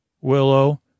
Willow